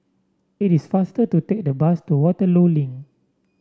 it is faster to take the bus to Waterloo Link